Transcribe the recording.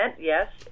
yes